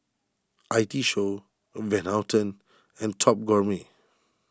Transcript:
I T Show Van Houten and Top Gourmet